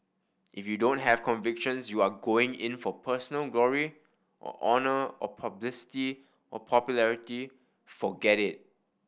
if you don't have convictions you are going in for personal glory or honour or publicity or popularity forget it